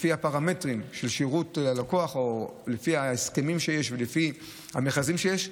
לפי הפרמטרים של שירות ללקוח או לפי ההסכמים שיש ולפי המכרזים שיש,